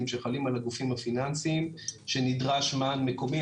שחלים על הגופים הפיננסיים שנדרש מען מקומי.